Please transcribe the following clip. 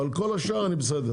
אבל כל השאר אני בסדר.